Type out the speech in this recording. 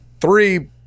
Three